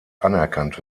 anerkannt